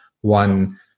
one